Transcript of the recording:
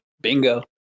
Bingo